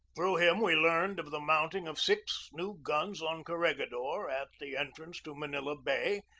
through him we learned of the mounting of six new guns on corregidor, at the entrance to manila bay,